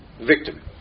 victim